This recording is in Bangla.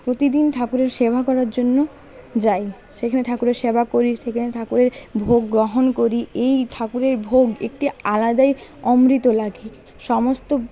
প্রতিদিন ঠাকুরের সেবা করার জন্য যাই সেখানে ঠাকুরের সেবা করি সেখানে ঠাকুরের ভোগ গ্রহণ করি এই ঠাকুরের ভোগ একটি আলাদাই অমৃত লাগে সমস্ত